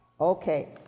Okay